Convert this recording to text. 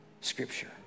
scripture